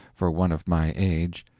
for one of my age,